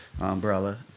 umbrella